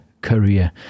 career